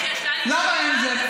למה אין בזה?